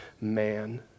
man